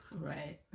Right